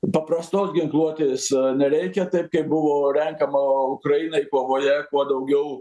paprastos ginkluotės nereikia taip kaip buvo renkama ukrainai kovoje kuo daugiau